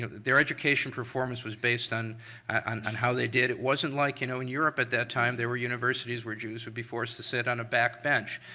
their education performance was based on um on how they did. it wasn't like, you know, in europe at that time, there were universities where jews would be forced to sit on a back bench.